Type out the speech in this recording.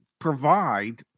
provide